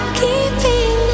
keeping